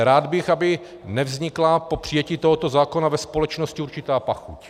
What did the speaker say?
Rád bych, aby nevznikla po přijetí tohoto zákona ve společnosti určitá pachuť.